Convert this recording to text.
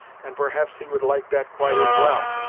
and perhaps he would like that quite as well,